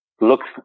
looks